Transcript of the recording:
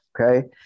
Okay